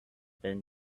been